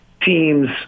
teams